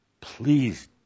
Please